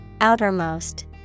Outermost